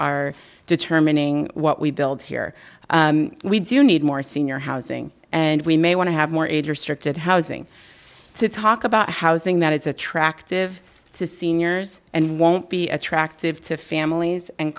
are determining what we build here we do need more senior housing and we may want to have more age restricted housing to talk about housing that is attractive to seniors and won't be attractive to families and